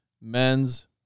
men's